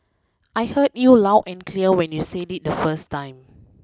I heard you loud and clear when you said it the first time